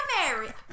married